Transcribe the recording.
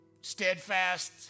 Steadfast